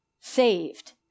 Saved